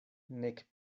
nek